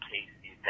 Casey